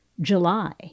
July